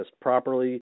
properly